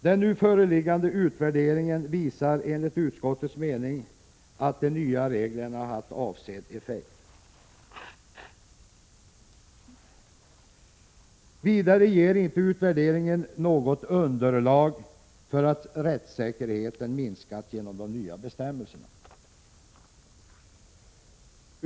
Den nu föreliggande utvärderingen visar, enligt utskottets mening, att de nya reglerna haft avsedd effekt. Vidare ger inte utvärderingen något underlag för att rättssäkerheten minskat genom de nya bestämmelserna.